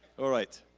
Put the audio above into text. alright.